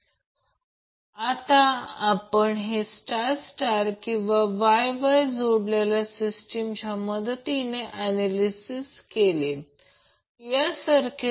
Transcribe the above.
येथे फेझर आकृतीमध्ये देखील याचा अर्थ VAN प्रत्यक्षात ती समान गोष्ट समजण्यासारखी आहे